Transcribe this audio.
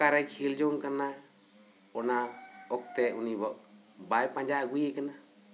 ᱚᱠᱟᱨᱮ ᱠᱷᱮᱞ ᱡᱚᱝ ᱠᱟᱱᱟᱭ ᱚᱱᱟ ᱚᱠᱛᱮ ᱩᱱᱤ ᱵᱟᱭ ᱯᱟᱸᱡᱟ ᱟᱹᱜᱩᱭᱮ ᱠᱟᱱᱟᱭ